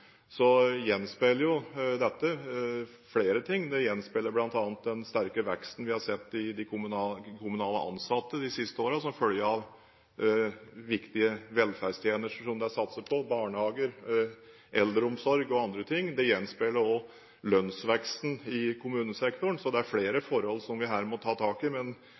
så lav. Når det gjelder pensjonskostnader og pensjonsutgifter i kommunesektoren, gjenspeiler dette flere ting. Det gjenspeiler bl.a. den sterke veksten vi har sett blant de kommunalt ansatte de siste årene som følge av at det er satset på viktige velferdstjenester – barnehager, eldreomsorg og andre ting. Det gjenspeiler også lønnsveksten i kommunesektoren, så det er flere forhold som vi her må ta tak i.